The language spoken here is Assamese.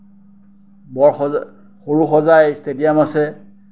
বৰসজাই সৰুসজাই ষ্টেডিয়াম আছে